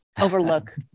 overlook